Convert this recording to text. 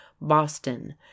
boston